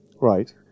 Right